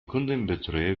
kundenbetreuer